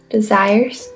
Desires